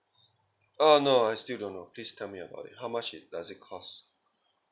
uh no I still don't know please tell me about it how much it does it cause